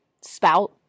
spout